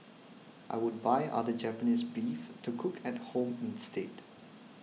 I would buy other Japanese beef to cook at home instead